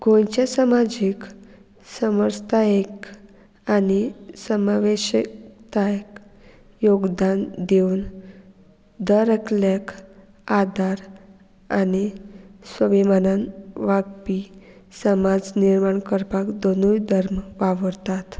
गोंयच्या समाजीक समजतायेक आनी समवेशकतायक योगदान दिवन दर एकल्याक आदार आनी स्वभिमानान वागपी समाज निर्माण करपाक दोनूय धर्म वावरतात